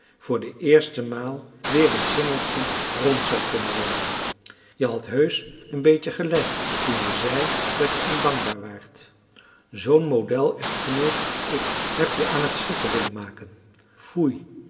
voor de eerste maal weer een singeltje rond zal kunnen wandelen je hadt heusch een beetje gelijk toen je zei dat je ondankbaar waart zoo'n model echtgenoot als ik heb je aan het schrikken willen maken foei